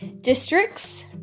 districts